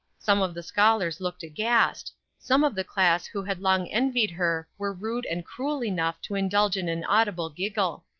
some of the scholars looked aghast some of the class who had long envied her were rude and cruel enough to indulge in an audible giggle.